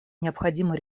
необходимо